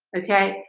okay,